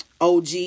OG